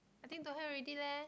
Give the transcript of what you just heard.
I think don't have already leh